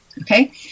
Okay